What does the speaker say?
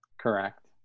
Correct